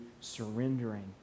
surrendering